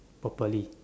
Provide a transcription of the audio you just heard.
properly